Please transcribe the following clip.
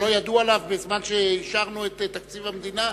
שלא ידעו עליו בזמן שאישרנו את תקציב המדינה?